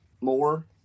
more